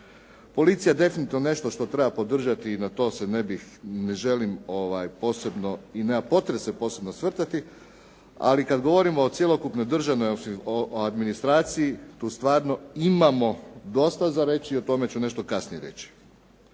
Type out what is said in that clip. Policija, definitivno nešto što treba podržati i na to se ne želim posebno i nema potrebe se posebno osvrtati, ali kad govorimo o cjelokupnoj državnoj administraciji, tu stvarno imamo dosta za reći i o tome ću nešto kasnije reći.